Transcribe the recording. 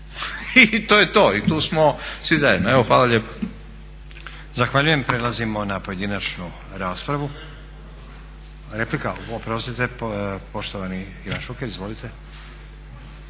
I to je to i tu smo svi zajedno. Evo, hvala lijepo.